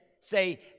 Say